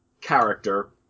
character